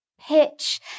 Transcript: pitch